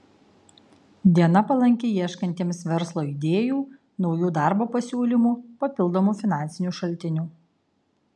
diena palanki ieškantiems verslo idėjų naujų darbo pasiūlymų papildomų finansinių šaltinių